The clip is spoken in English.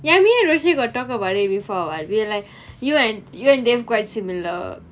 ya me and roshri got talk before [what] we were like you and you dave quite similar